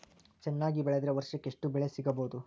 ಚೆನ್ನಾಗಿ ಬೆಳೆದ್ರೆ ವರ್ಷಕ ಎಷ್ಟು ಬೆಳೆ ಸಿಗಬಹುದು?